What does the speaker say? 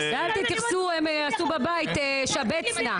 ואל תתייחסו, הם עשו בבית שבץ נא.